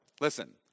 Listen